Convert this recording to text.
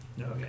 Okay